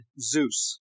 Zeus